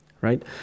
right